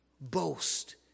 boast